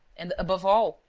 and, above all,